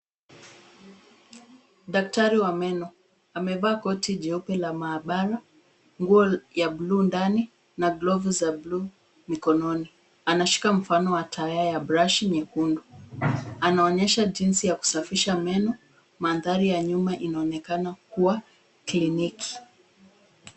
Daktari wa meno, amevaa koti jeupe la maabara, nguo ya buluu ndani na glovu za buluu mikononi. Anashika mfano wa taya ya brashi nyekundu. Anaonyesha jinsi ya kusafisha meno, mandhari ya nyuma inaonekana kuwa kliniki.